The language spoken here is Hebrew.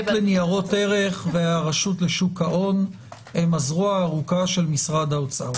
לניירות ערך והרשות לשון ההון הן הזרוע הארוכה של משרד האוצר,